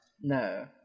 no